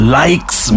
likes